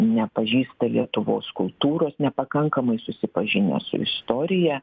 nepažįsta lietuvos kultūros nepakankamai susipažinę su istorija